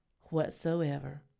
whatsoever